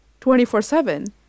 24-7